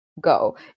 go